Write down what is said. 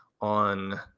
on